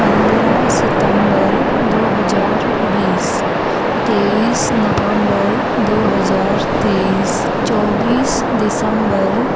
पंद्रह सितम्बर दो हज़ार बीस तेईस नवम्बर दो हज़ार तेईस चौबीस दिसम्बर